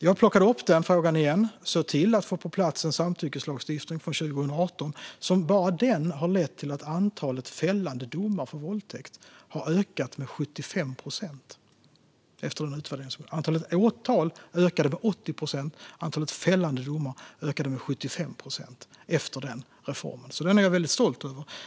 Jag plockade upp den frågan igen och såg till att få en samtyckeslagstiftning på plats 2018 som bara den har lett till att antalet fällande domar för våldtäkt har ökat med 75 procent, vilket en utvärdering har visat. Antalet åtal ökade med 80 procent och antalet fällande domar ökade med 75 procent efter den reformen. Den är jag väldigt stolt över.